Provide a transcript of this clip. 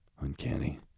uncanny